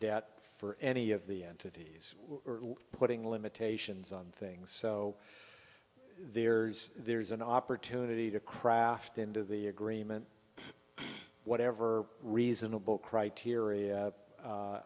debt for any of the entities putting limitations on things so there's there's an opportunity to craft into the agreement whatever reasonable criteria